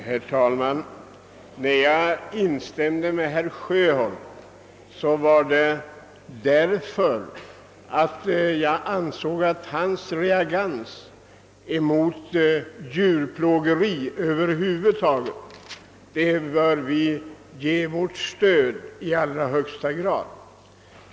Herr talman! Att jag instämde med herr Sjöholm berodde på att jag ansåg att hans reaktion mot djurplågeri över huvud taget borde få vårt stöd i allra högsta grad.